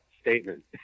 statement